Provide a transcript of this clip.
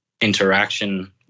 interaction